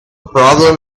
problem